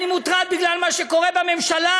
אני מוטרד בגלל מה שקורה בממשלה,